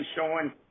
showing